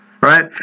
Right